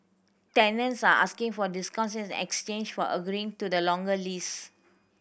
tenants are asking for discounts in exchange for agreeing to the longer lease